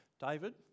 David